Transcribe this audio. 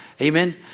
Amen